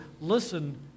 listen